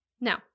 Now